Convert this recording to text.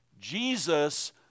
Jesus